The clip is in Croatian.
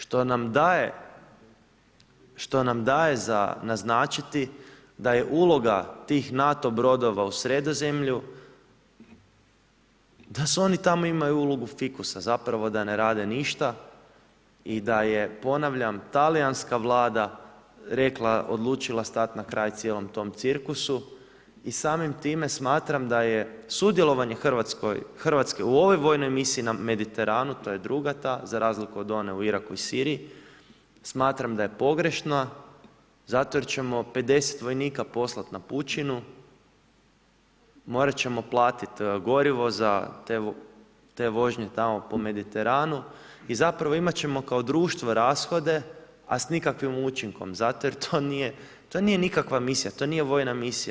Što nam daje za naznačiti da je uloga tih NATO brodova u Sredozemlju, da su oni tamo imaju ulogu fikusa, zapravo da ne rade ništa i da je ponavljam, talijanska vlada rekla, odlučila stat na kraj cijelom tom cirkusu i samim time smatram da je sudjelovanje RH u ovoj vojnoj misiji na Mediteranu, to je druga ta za razliku od one u Iraku i Siriju, smatram da je pogrešna, zato jer ćemo 50 vojnika poslat na pučinu, morat ćemo platit gorivo za te vožnje tamo po Mediteranu i zapravo imat ćemo kao društvo rashode, a s nikakvim učinkom, zato jer to nije, to nije nikakva misija, to nije vojna misija.